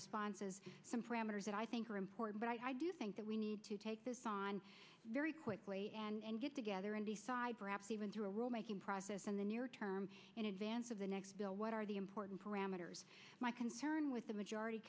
responses some parameters that i think are important but i do think that we need to take this on very quickly and get together and decide perhaps even to rule making process in the near term in advance of the next bill what are the important parameters my concern with the majority